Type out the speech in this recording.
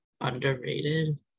underrated